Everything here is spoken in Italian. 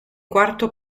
quarto